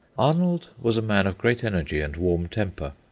arnold was a man of great energy and warm temper.